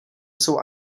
jsou